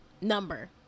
number